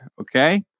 Okay